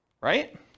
right